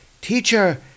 teacher